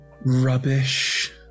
rubbish